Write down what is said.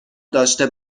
داشته